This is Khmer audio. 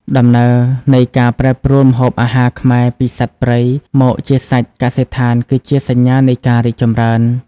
ដំណើរនៃការប្រែប្រួលម្ហូបអាហារខ្មែរពីសត្វព្រៃមកជាសាច់កសិដ្ឋាន គឺជាសញ្ញានៃការរីកចម្រើន។